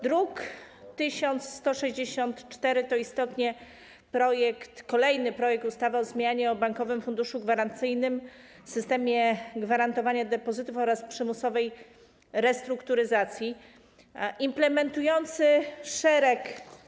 Druk nr 1164 to istotnie kolejny projekt ustawy o zmianie ustawy o Bankowym Funduszu Gwarancyjnym, systemie gwarantowania depozytów oraz przymusowej restrukturyzacji implementujący szereg.